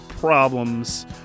problems